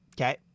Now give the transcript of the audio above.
Okay